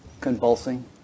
Convulsing